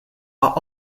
are